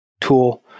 tool